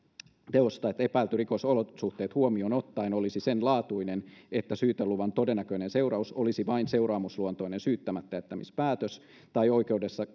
teosta että epäilty rikos olosuhteet huomioon ottaen olisi senlaatuinen että syyteluvan todennäköinen seuraus olisi vain seuraamusluontoinen syyttämättäjättämispäätös tai oikeudessa